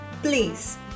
Please